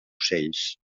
ocells